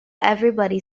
everybody